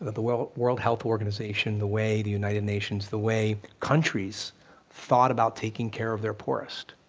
that the world world health organization, the way the united nations, the way countries thought about taking care of their poorest.